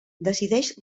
decideix